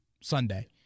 Sunday